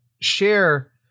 share